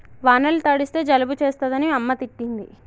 వానల తడిస్తే జలుబు చేస్తదని అమ్మ తిట్టింది